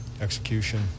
execution